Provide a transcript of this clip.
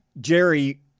Jerry